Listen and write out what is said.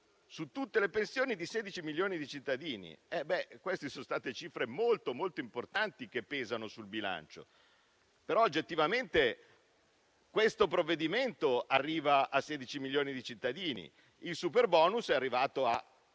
su tutte le pensioni di 16 milioni di cittadini. Sono state cifre molto importanti, che hanno pesato sul bilancio. Oggettivamente però questo provvedimento arriva a 16 milioni di cittadini. Il superbonus è arrivato a